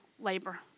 labor